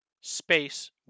space